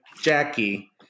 Jackie